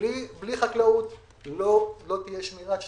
בלי חקלאות לא תהיה שמירת שטחים.